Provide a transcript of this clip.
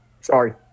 Sorry